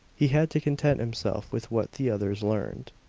he had to content himself with what the others learned.